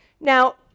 Now